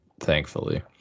thankfully